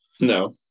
No